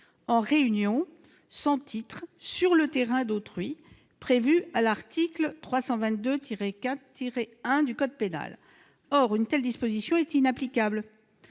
en réunion sans titre sur le terrain d'autrui prévu à l'article 322-4-1 du code pénal. Or cette disposition est inapplicable,